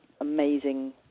amazing